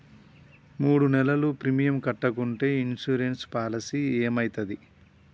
మూడు నెలలు ప్రీమియం కట్టకుంటే ఇన్సూరెన్స్ పాలసీకి ఏమైతది?